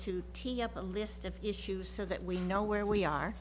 to tee up a list of issues so that we know where we are